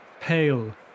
pale